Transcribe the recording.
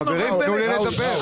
חברים, תנו לי לדבר.